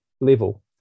level